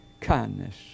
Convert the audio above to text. kindness